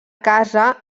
casa